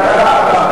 כלכלה.